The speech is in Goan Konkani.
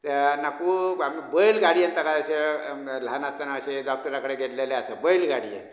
तेन्ना खूब आमी बैल गाडयेन ताका अशे ल्हान आसतना अशें जावं डॉक्टरा कडेन व्हेल्लेलें आसप बैल गाडयेन